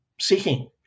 seeking